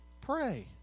pray